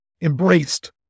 Embraced